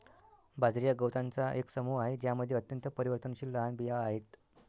बाजरी हा गवतांचा एक समूह आहे ज्यामध्ये अत्यंत परिवर्तनशील लहान बिया आहेत